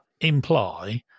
imply